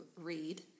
read